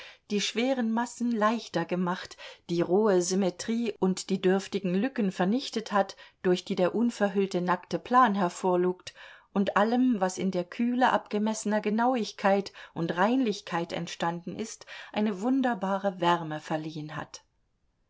die schweren massen leichter gemacht die rohe symmetrie und die dürftigen lücken vernichtet hat durch die der unverhüllte nackte plan hervorlugt und allem was in der kühle abgemessener genauigkeit und reinlichkeit entstanden ist eine wunderbare wärme verliehen hat